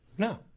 No